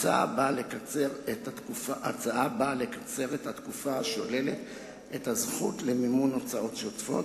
ההצעה באה לקצר את התקופה השוללת את הזכות למימון הוצאות שוטפות